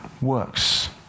works